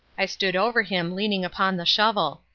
i stood over him leaning upon the shovel.